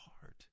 heart